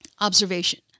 observation